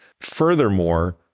Furthermore